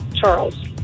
Charles